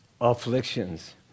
afflictions